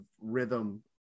rhythm